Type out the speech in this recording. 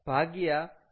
2 છે